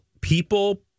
people